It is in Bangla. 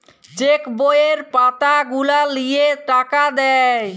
চেক বইয়ের পাতা গুলা লিয়ে টাকা দেয়